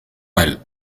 elles